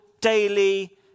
daily